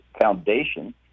foundation